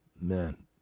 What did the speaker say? Man